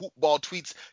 HoopBallTweets